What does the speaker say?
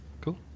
cool